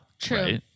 True